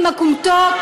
עם הכומתות.